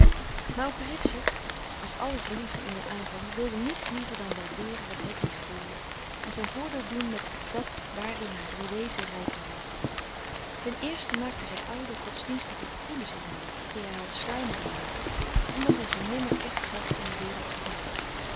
maar ook ritsert als alle verliefden in den aanvang wilde niets liever dan waardeeren wat hedwig voelde en zijn voordeel doen met dat waarin haar wezen rijker was ten eerste maakte zij oude godsdienstige gevoelens in hem wakker die hij had sluimeren laten omdat hij ze nimmer echt zag in de wereld rondom